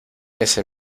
ese